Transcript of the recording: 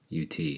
UT